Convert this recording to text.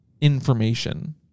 information